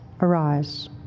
arise